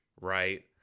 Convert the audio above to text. right